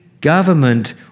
government